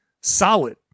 solid